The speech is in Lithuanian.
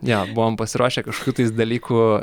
jo buvom pasiruošę kažkokių tais dalykų